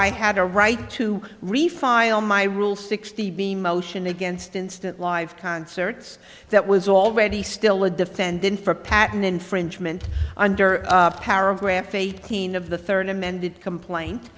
i had a right to refile my rule sixty b motion against instant live concerts that was all right he still a defendant for patent infringement under paragraph eighteen of the third amended complain